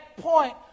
point